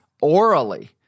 orally